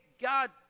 God